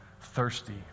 thirsty